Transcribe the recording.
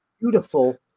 beautiful